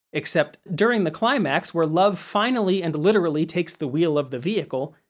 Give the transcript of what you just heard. except, during the climax, where love finally and literally takes the wheel of the vehicle,